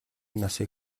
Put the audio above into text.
насыг